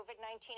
COVID-19